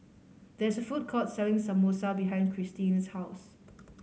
there is a food court selling Samosa behind Christene's house